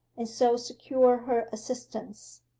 and so secure her assistance.